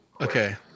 okay